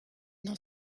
dans